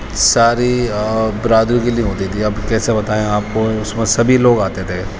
ساری برادریوں کے لیے ہوتی تھی اب کیسے بتائیں آپ کو اس میں سبھی لوگ آتے تھے